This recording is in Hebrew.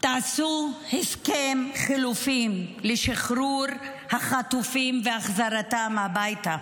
תעשו הסכם חילופים לשחרור החטופים והחזרתם הביתה.